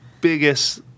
biggest